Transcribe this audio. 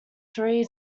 three